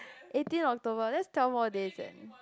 eighteen October that's twelve more days eh